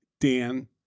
Dan